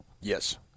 Yes